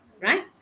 right